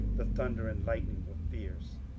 the thunder and lightning were fierce,